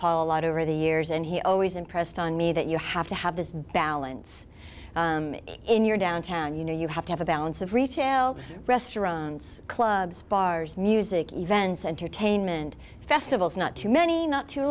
paul a lot over the years and he always impressed on me that you have to have this balance in your downtown you know you have to have a balance of retail restaurants clubs bars music events entertainment festivals not too many not too